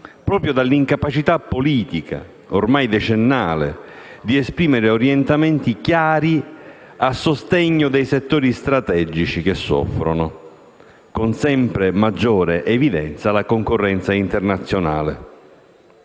proprio dall'incapacità politica, ormai decennale, di esprimere orientamenti chiari a sostegno dei settori strategici che soffrono, con sempre maggiore evidenza, la concorrenza internazionale.